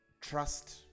trust